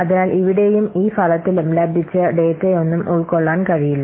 അതിനാൽ ഇവിടെയും ഈ ഫലത്തിലും ലഭിച്ച ഡാറ്റയൊന്നും ഉൾക്കൊള്ളാൻ കഴിയില്ല